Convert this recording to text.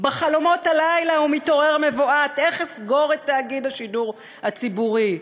בחלומות הלילה הוא מתעורר מבועת: איך אסגור את תאגיד השידור הציבורי.